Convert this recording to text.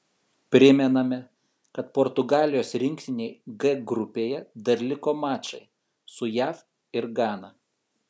primename kad portugalijos rinktinei g grupėje dar liko mačai su jav ir gana